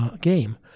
game